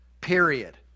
period